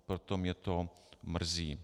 Proto mě to mrzí.